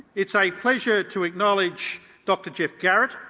it is a pleasure to acknowledge dr geoff garrett,